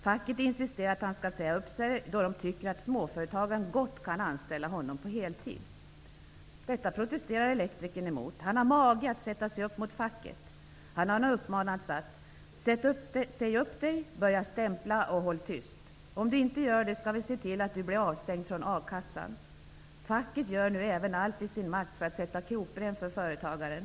Facket insisterar på att han skall säga upp sig, eftersom de tycker att småföretagen gott kan anställa honom på heltid. Detta protesterar elektrikern emot. Han har mage att sätta sig upp mot facket. Han har nu uppmanats att säga upp sig, börja stämpla och hålla tyst. Om han inte gör det skall man se till att han blir avstängd från a-kassan. Facket gör nu allt som står i dess makt för att sätta krokben för företagaren.